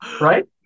right